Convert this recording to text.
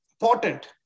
Important